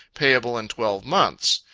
payable in twelve months.